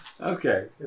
Okay